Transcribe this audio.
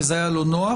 כי זה היה לו נוח,